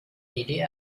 ddr